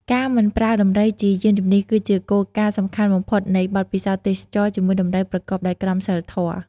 ការមិនប្រើដំរីជាយានជំនិះ គឺជា គោលការណ៍សំខាន់បំផុត នៃបទពិសោធន៍ទេសចរណ៍ជាមួយដំរីប្រកបដោយក្រមសីលធម៌។